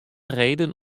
reden